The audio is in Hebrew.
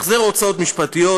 החזר הוצאות משפטיות.